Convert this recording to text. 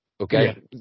okay